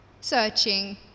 Searching